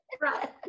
right